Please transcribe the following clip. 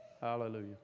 Hallelujah